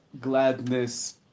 gladness